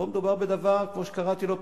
פה מדובר בדבר שכמו שקראתי לו,